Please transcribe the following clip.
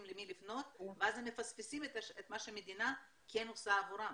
למי לפנות ואז הם מפספסים את מה שהמדינה כן עושה עבורם.